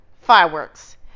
Fireworks